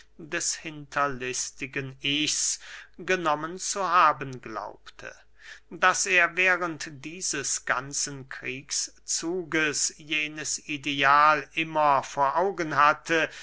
des hinterlistigen ichs genommen zu haben glaubte daß er während dieses ganzen kriegszuges jenes ideal immer vor augen hatte